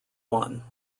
one